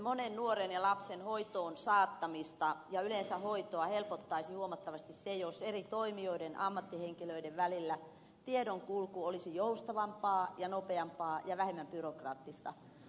monen nuoren ja lapsen hoitoon saattamista ja yleensä hoitoa helpottaisi huomattavasti se jos eri toimijoiden ammattihenkilöiden välillä tiedon kulku olisi joustavampaa ja nopeampaa ja vähemmän byrokraattista